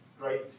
great